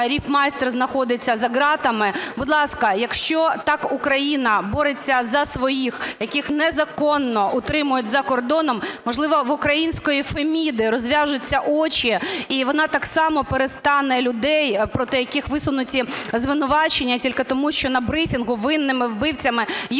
"Ріфмастер" знаходиться за ґратами. Будь ласка, якщо так Україна бореться за своїх, яких незаконно утримують за кордоном. Можливо, в української Феміди розв'яжуться очі - і вона так само перестане людей, проти яких висунуті звинувачення, тільки тому, що на брифінгу винними, вбивцями їх оголосив